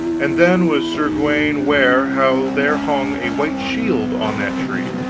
and then was sir gawaine ware how there hung a white shield on that tree,